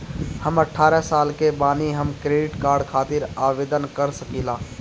हम अठारह साल के बानी हम क्रेडिट कार्ड खातिर आवेदन कर सकीला?